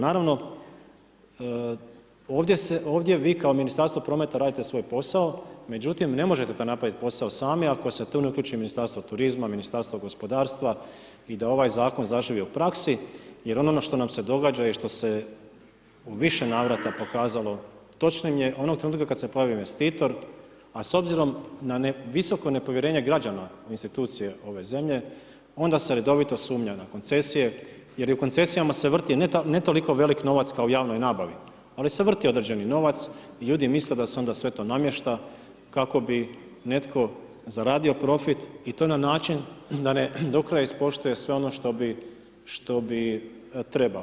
Naravno ovdje vi kao Ministarstvo prometa radite svoj posao, međutim, ne možete to napraviti posao sami, ako se tu ne uključi Ministarstvo turizma, Ministarstvo gospodarstva i da ovaj zakon zaživi u praksi, jer ono što nam se događa i što se u više navrata pokazalo točnim, je onog trenutka kada se pojavi investitor, a s obzirom na visoko nepovjerenje građana u institucije ove zemlje, onda se redovito sumnja na koncesije, jer u koncesijama se vrti, ne toliko veliki novac kao i u javnoj nabavi, ali se vrti određeni novac i ljudi misle da se onda sve to namješta kako bi netko zaradio profit i to na način da do kraja ispoštuje sve ono što bi trebalo.